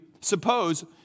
suppose